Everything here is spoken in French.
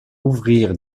ouvrir